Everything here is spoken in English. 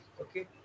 okay